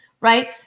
right